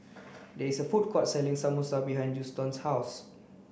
there is a food court selling Samosa behind Juston's house